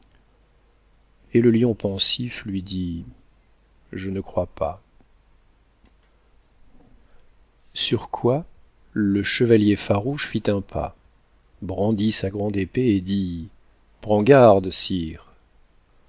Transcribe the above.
et le lion pensif lui dit je ne crois pas sur quoi le chevalier farouche fit un pas brandit sa grande épée et dit prends garde sire